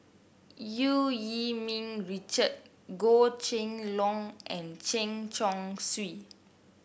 Eu Yee Ming Richard Goh Kheng Long and Chen Chong Swee